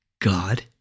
God